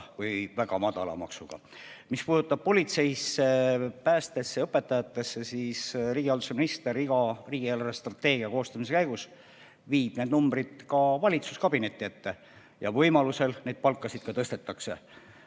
või väga madala maksumääraga. Mis puutub politseisse, päästjatesse ja õpetajatesse, siis riigihalduse minister viib riigi eelarvestrateegia koostamise käigus need numbrid ka valitsuskabineti ette ja võimalusel neid palkasid ka tõstetakse.